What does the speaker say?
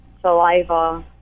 saliva